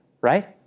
right